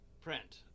print